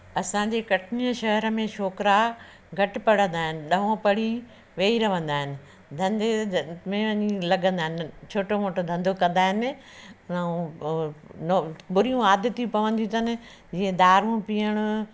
असांजे कटनीअ शहर में छोकिरा घटि पढ़ंदा आहिनि ॾहों पढ़ी वेही रहंदा आहिनि धंधे में वञी लॻंदा आहिनि छोटो मोटो धंधो कंदा आहिनि ऐं बुरियूं आदतियूं पवंदियूं अथनि जीअं दारू पीअण